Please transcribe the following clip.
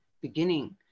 beginning